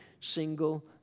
single